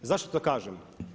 Zašto to kažem?